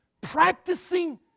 practicing